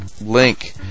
link